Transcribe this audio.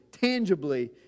tangibly